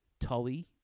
Tully